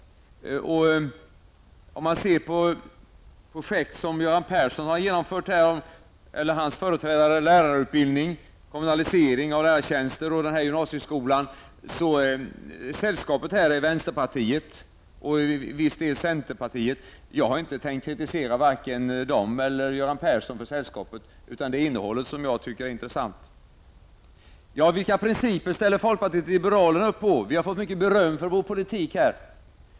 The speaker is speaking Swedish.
Om man ser på de projekt som Göran Persson eller hans företrädare har genomfört -- lärarutbildningen, kommunaliseringen av lärartjänster och den föreslagna gymnasieskolan -- är sällskapet här vänsterpartiet och till viss del centerpartiet. Jag har inte tänkt kritisera vare sig dem eller Göran Persson för sällskapet. Det är innehållet som jag tycker är intressant. Vilka principer ställer folkpartiet liberalerna upp på, frågas det. Vi har fått mycket beröm för vår politik.